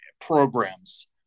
programs